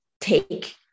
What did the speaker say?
take